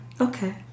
Okay